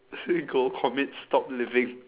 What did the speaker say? go commit stop living